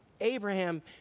Abraham